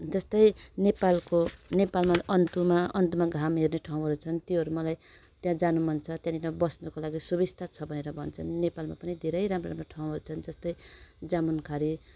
जस्तै नेपालको नेपालमा अन्तुमा अन्तुमा घाम हेर्ने ठाउँहरू छन् त्यो हेर्नु मलाई त्यहाँ जानु मन छ त्यहाँनिर बस्नुको लागि सुविस्ता छ भनेर भन्छन् नेपालमा पनि धेरै राम्रा ठाउँहरू छन् जस्तै जामुनखारी